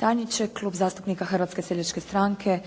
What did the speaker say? tajniče. Klub zastupnika Hrvatske seljačke stranke